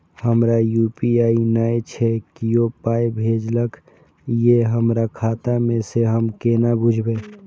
हमरा यू.पी.आई नय छै कियो पाय भेजलक यै हमरा खाता मे से हम केना बुझबै?